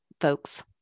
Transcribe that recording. folks